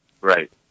Right